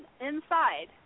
inside